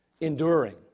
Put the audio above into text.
Enduring